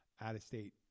out-of-state